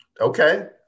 Okay